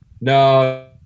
no